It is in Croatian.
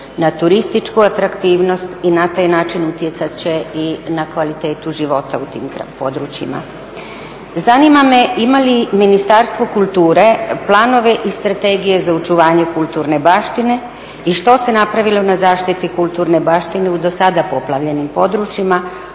na turističku atraktivnost i na taj način utjecat će i na kvalitetu života u tim područjima. Zanima me ima li Ministarstvo kulture planove i strategije za očuvanje kulturne baštine i što se napravilo na zaštiti kulturne baštine u do sada poplavljenim područjima,